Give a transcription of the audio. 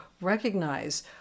recognize